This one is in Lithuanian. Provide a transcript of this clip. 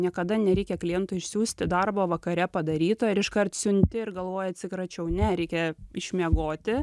niekada nereikia klientui išsiųsti darbo vakare padaryto ir iškart siunti ir galvoji atsikračiau ne reikia išmiegoti